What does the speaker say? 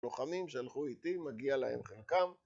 לוחמים שלחו איתי, מגיע להם חלקם